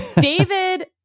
David